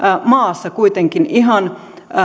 maassa kuitenkin ihan